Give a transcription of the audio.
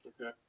Okay